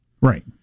Right